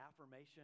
affirmation